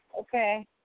Okay